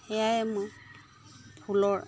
সেয়াই মই ফুলৰ